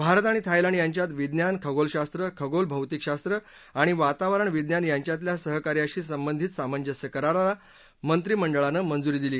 भारत आणि थायलंड यांच्यात विज्ञान खगोलशास्त्र खगोल भौतिकशास्त्र आणि वातावरण विज्ञान यांच्यातल्या सहकार्याशी संबंधित सामंजस्य कराराला मंत्रिमंडळानं मंजुरी दिली